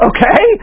Okay